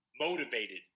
motivated